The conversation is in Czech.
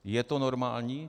Je to normální?